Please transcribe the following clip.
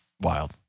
wild